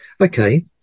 Okay